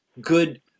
Good